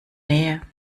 nähe